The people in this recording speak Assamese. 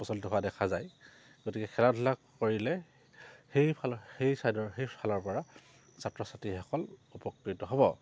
প্ৰচলিত হোৱা দেখা যায় গতিকে খেলা ধূলা কৰিলে সেই ফালৰ সেই ছাইডৰ সেই ফালৰ পৰা ছাত্ৰ ছাত্ৰীসকল উপকৃত হ'ব